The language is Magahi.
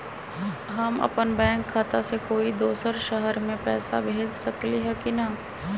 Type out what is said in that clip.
हम अपन बैंक खाता से कोई दोसर शहर में पैसा भेज सकली ह की न?